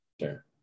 sure